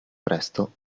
presto